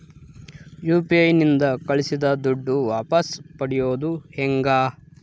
UPI ನಿಂದ ಕಳುಹಿಸಿದ ದುಡ್ಡು ವಾಪಸ್ ಪಡೆಯೋದು ಹೆಂಗ?